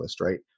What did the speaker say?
right